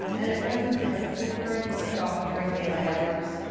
and at present the electric current was cut off during daylight hours.